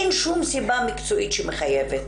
אין שום סיבה מקצועית שמחייבת.